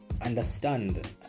understand